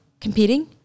competing